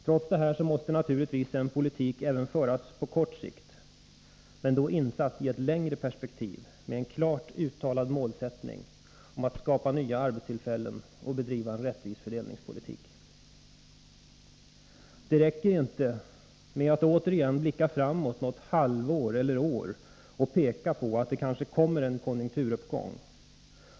Trots detta måste naturligtvis en politik föras även på kort sikt, men då insatt i ett längre perspektiv med en klart uttalad målsättning om att skapa nya arbetstillfällen och bedriva en rättvis fördelningspolitik. Det räcker inte med att återigen blicka framåt något halvår eller så och peka på att det kanske kommer en konjunkturuppgång.